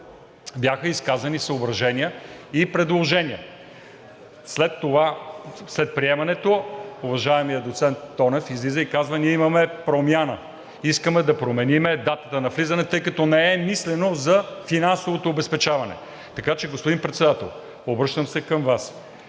бяха изказани съображения и предложения. След приемането уважаемият доцент Тонев излиза и казва: ние имаме промяна, искаме да променим датата на влизане, тъй като не е мислено за финансовото обезпечаване. Така че, господин Председател, обръщам се към Вас,